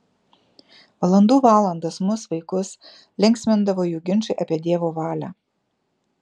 valandų valandas mus vaikus linksmindavo jų ginčai apie dievo valią